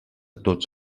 tots